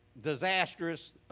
disastrous